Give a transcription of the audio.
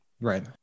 Right